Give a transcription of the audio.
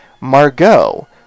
Margot